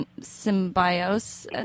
symbiosis